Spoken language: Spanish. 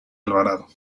alvarado